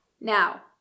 Now